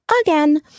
again